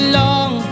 long